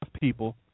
people